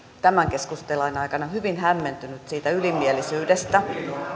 tämän keskustelun aikana hyvin hämmentynyt siitä ylimielisyydestä